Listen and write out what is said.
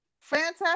Fantastic